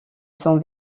son